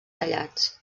tallats